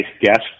guest